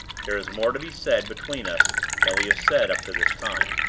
there is more to be said between us than we have said up to this time.